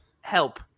help